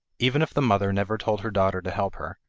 even if the mother never told her daughter to help her,